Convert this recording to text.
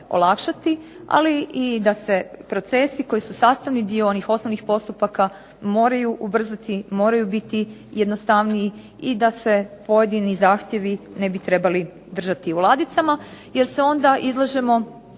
ali i da se procesi koji su sastavni dio onih osnovnih postupaka moraju ubrzati, moraju biti jednostavniji i da se pojedini zahtjevi ne bi trebali držati u ladicama jer se onda izlažemo